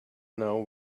know